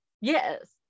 Yes